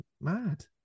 mad